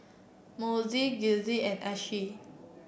Mossie Giselle and Ashlie